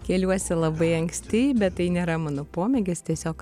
keliuosi labai anksti bet tai nėra mano pomėgis tiesiog